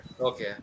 Okay